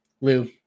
Lou